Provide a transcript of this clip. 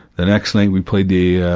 the next night we played the ah,